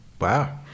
Wow